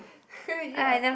ya